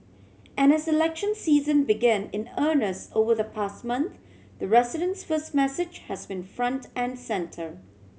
and as election season began in earnest over the past month the residents first message has been front and centre